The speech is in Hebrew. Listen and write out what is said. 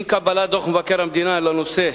עם קבלת דוח מבקר המדינה בנושא,